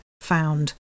found